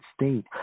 state